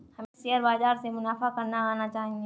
हमें शेयर बाजार से मुनाफा करना आना चाहिए